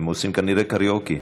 הם עושים כנראה קריוקי.